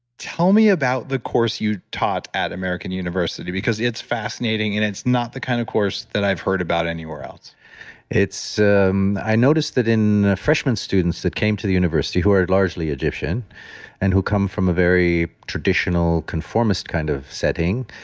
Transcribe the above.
tell me about the course you taught at american university because it's fascinating and it's not the kind of course that i've heard about anywhere else um i noticed that in freshmen students that came to the university who are largely egyptian and who come from a very traditional conformist kind of setting,